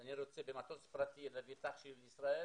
שאני רוצה במטוס פרטי להביא את אח שלי לישראל